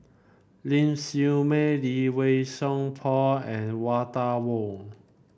Ling Siew May Lee Wei Song Paul and Walter Woon